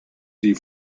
die